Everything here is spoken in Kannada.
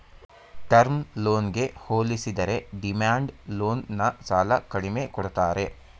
ಟರ್ಮ್ ಲೋನ್ಗೆ ಹೋಲಿಸಿದರೆ ಡಿಮ್ಯಾಂಡ್ ಲೋನ್ ನ ಸಾಲ ಕಡಿಮೆ ಕೊಡ್ತಾರೆ